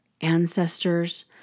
ancestors